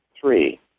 three